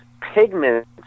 pigments